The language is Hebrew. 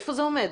איפה זה עומד?